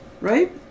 Right